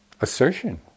assertion